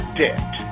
debt